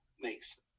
makes